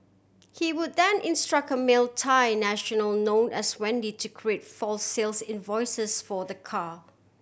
he would then instruct a male Thai national known as Wendy to create false sales invoices for the car